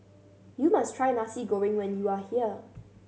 you must try Nasi Goreng when you are here